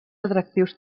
atractius